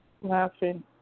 Laughing